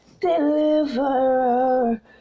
deliverer